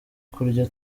kurya